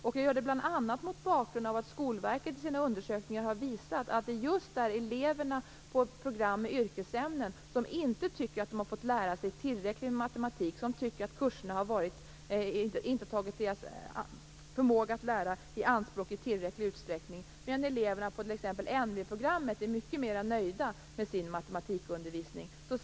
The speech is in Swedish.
Jag gör det bl.a. mot bakgrund av att Skolverket i sina undersökningar har visat att det är just elever på program med yrkesämnen som tycker att de inte har fått lära sig tillräckligt med matematik och som tycker att kurserna inte i tillräcklig utsträckning har tagit i anspråk deras förmåga att lära, medan eleverna på t.ex. N-programmet är mycket mer nöjda med sin matematikundervisning.